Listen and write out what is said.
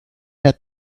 had